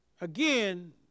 Again